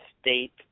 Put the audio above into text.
state